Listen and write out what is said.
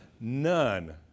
None